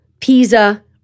Pisa